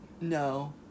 no